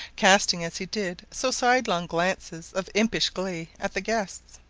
casting as he did so sidelong glances of impish glee at the guests,